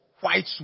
white